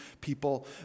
people